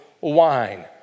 wine